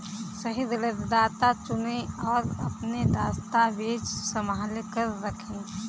सही ऋणदाता चुनें, और अपने दस्तावेज़ संभाल कर रखें